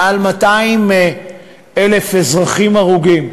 מעל 200,000 אזרחים הרוגים.